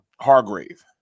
Hargrave